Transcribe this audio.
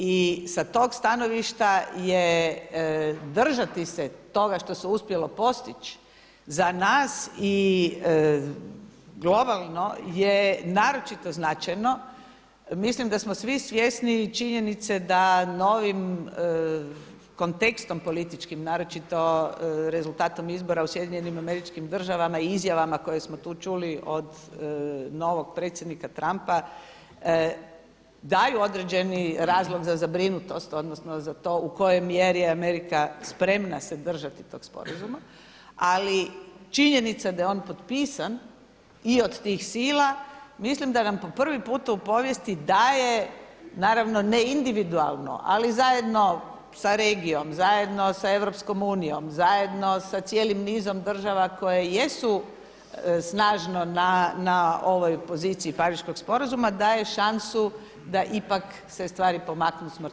I sa tog stanovišta je držati se toga što se uspjelo postići za nas i globalno je naročito značajno, mislim da smo svi svjesni činjenice da novim kontekstom političkim naročitom rezultatom izbora u SAD-u i izjavama koje smo tu čuli od novog predsjednika Trumpa, daju određeni razlog za zabrinutost odnosno za to u kojoj mjeri je Amerika spremna se držati tog sporazuma, ali činjenica je da je on potpisan i od tih sila, mislim da nam po prvi put u povijesti daje, naravno ne individualno, ali zajedno sa regijom, zajedno sa EU, zajedno sa cijelim nizom država koje jesu snažno na ovoj poziciji Pariškog sporazuma daje šansu da ipak se stvari pomakne s mrtve točke.